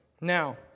now